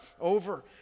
over